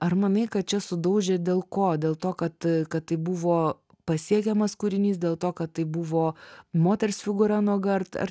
ar manai kad čia sudaužė dėl ko dėl to kad kad tai buvo pasiekiamas kūrinys dėl to kad tai buvo moters figūra nuoga ar ar